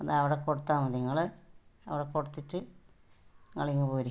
അതവിടെ കൊടുത്താൽ മതി നിങ്ങൾ അവിടെ കൊടുത്തിട്ട് നിങ്ങളിങ്ങ് പോരൂ